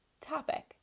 topic